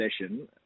session